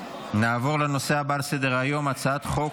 נעבור לנושא הבא על סדר-היום, הצעת חוק,